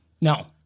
No